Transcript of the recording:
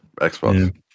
Xbox